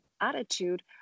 attitude